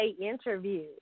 interview